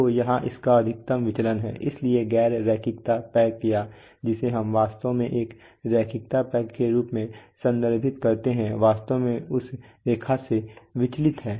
तो यहाँ इसका अधिकतम विचलन है इसलिए गैर रैखिकता पैक या जिसे हम वास्तव में एक रैखिकता पैक के रूप में संदर्भित करते हैं वास्तव में उस रेखा से विचलन है